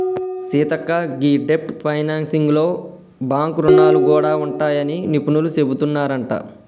సీతక్క గీ డెబ్ట్ ఫైనాన్సింగ్ లో బాంక్ రుణాలు గూడా ఉంటాయని నిపుణులు సెబుతున్నారంట